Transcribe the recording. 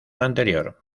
anterior